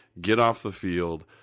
get-off-the-field